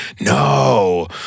no